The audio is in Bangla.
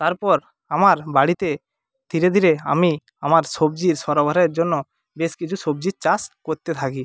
তারপর আমার বাড়িতে ধীরে ধীরে আমি আমার সবজি সরবরাহের জন্য বেশ কিছু সবজির চাষ করতে থাকি